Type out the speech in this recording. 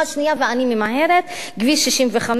ואני ממהרת: כביש 65,